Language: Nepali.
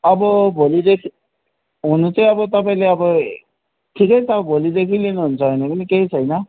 अबो भोलिदेखि हुनु चाहिँ अब तपाईँले अब ठिकै छ अब भोलिदेखि लिनु हुन्छ भने केही छैन